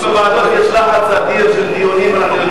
בוועדות יש לחץ אדיר של דיונים.